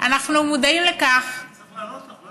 אנחנו מודעים לכך, אני צריך לענות לך.